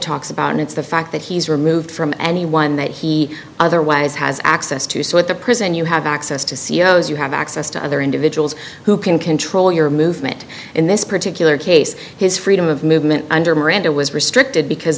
talks about and it's the fact that he's removed from anyone that he otherwise has access to so that the prison you have access to see you know as you have access to other individuals who can control your movement in this particular case his freedom of movement under miranda was restricted because